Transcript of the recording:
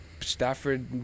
Stafford